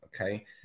okay